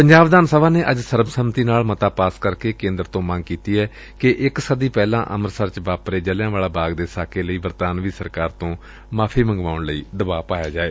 ਪੰਜਾਬ ਵਿਧਾਨ ਸਭਾ ਨੇ ਅੱਜ ਸਰਬ ਸੰਮਤੀ ਨਾਲ ਮਤਾ ਪਾਸ ਕਰਕੇ ਕੇਦਰ ਤੋ ਮੰਗ ਕੀਤੀ ਏ ਕਿ ਇਕ ਸਦੀ ਪਹਿਲਾਂ ਅੰਮ੍ਰਿਤਸਰ ਚ ਵਾਪਰੇ ਜਲ੍ਹਿਆਂਵਾਲਾ ਬਾਗ ਦੇ ਸਾਕੇ ਲਈ ਬਰਤਾਨਵੀ ਸਰਕਾਰ ਤੋਂ ਮਾਫ਼ੀ ਮੰਗਵਾਉਣ ਲਈ ਦਬਾਅ ਪਾਇਆ ਜਾਏ